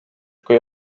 kui